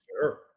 sure